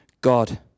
God